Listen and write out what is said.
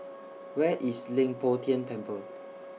Where IS Leng Poh Tian Temple